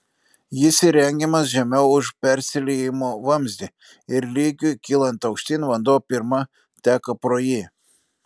jis įrengiamas žemiau už persiliejimo vamzdį ir lygiui kylant aukštyn vanduo pirma teka pro jį